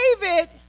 David